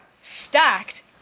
stacked